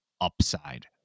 upside